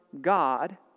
God